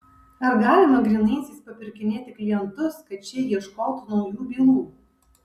ar galima grynaisiais papirkinėti klientus kad šie ieškotų naujų bylų